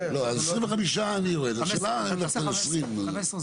25 אני ארד, השאלה אם 20. גם 20% זה